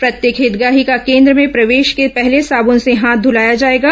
प्रत्येक हितग्राही का केन्द्र में प्रवेश के पहले साबुन से हाथ धूलाया जाएगा